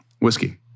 whiskey